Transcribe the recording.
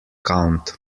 count